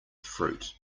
fruit